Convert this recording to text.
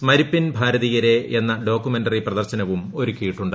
സ്മരിപ്പിൻ ഭാരതീയരെ എന്ന ഡോക്യൂമെന്ററി പ്രദർശനവും ഒരുക്കിയിട്ടുണ്ട്